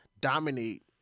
dominate